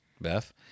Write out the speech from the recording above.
Beth